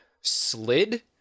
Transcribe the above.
slid